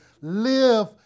live